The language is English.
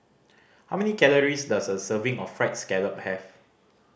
how many calories does a serving of Fried Scallop have